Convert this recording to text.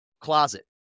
closet